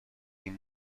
این